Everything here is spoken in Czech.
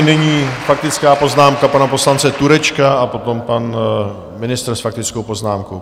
Nyní faktická poznámka pana poslance Turečka a potom pan ministr s faktickou poznámkou.